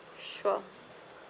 sure